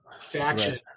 faction